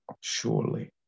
surely